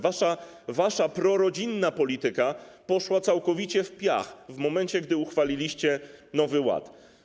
Wasza prorodzinna polityka poszła całkowicie w piach w momencie, gdy uchwaliliście Nowy Ład.